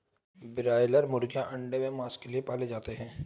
broiler मुर्गीयां अंडा व मांस के लिए पाले जाते हैं